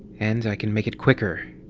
and i can make it quicker,